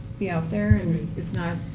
be out there and it's not,